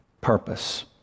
purpose